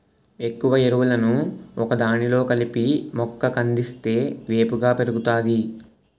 ఎక్కువ ఎరువులను ఒకదానిలో కలిపి మొక్క కందిస్తే వేపుగా పెరుగుతాది